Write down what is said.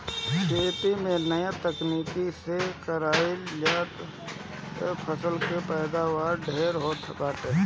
खेती के नया तकनीकी से कईला पअ फसल के पैदावार ढेर होत बाटे